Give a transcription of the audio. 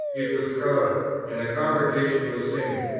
it was crowded, and the congregation was singing.